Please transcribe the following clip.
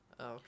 Okay